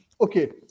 Okay